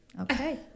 Okay